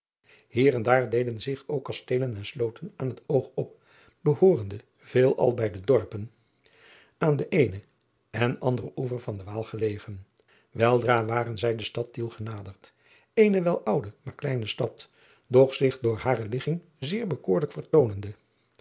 ier en daar deden zich ook kasteelen en sloten aan het oog op behoorende veelal bij de dorpen aan den eenen en anderen oever van de aal gelegen eldra waren zij de stad iel genaderd eene wel oude maar kleine stad doch zich door hare ligging zeer bekoorlijk